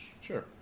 Sure